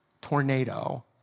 tornado